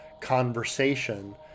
conversation